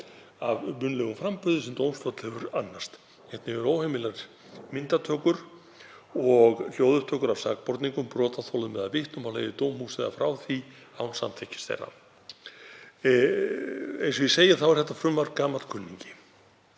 af munnlegum framburði sem dómstóll hefur annast. Einnig eru óheimilar myndatökur og hljóðupptökur af sakborningum, brotaþolum eða vitnum á leið í dómhús eða frá því án samþykkis þeirra.“ Eins og ég segi er þetta frumvarp gamall kunningi.